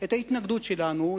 את ההתנגדות שלנו,